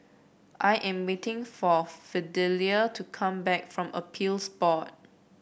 I am waiting for Fidelia to come back from Appeals Board